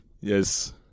yes